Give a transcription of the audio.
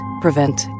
prevent